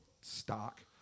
stock